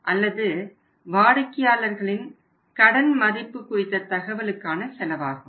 அல்லது வாடிக்கையாளர்களின் கடன் மதிப்பு குறித்த தகவலுக்கான செலவாகும்